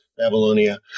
Babylonia